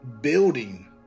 building